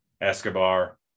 Escobar